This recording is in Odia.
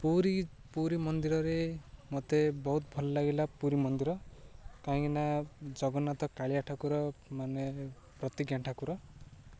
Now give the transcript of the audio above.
ପୁରୀ ପୁରୀ ମନ୍ଦିରରେ ମୋତେ ବହୁତ ଭଲ ଲାଗିଲା ପୁରୀ ମନ୍ଦିର କାହିଁକିନା ଜଗନ୍ନାଥ କାଳିଆ ଠାକୁର ମାନେ ପ୍ରତ୍ୟକ୍ଷ ଠାକୁର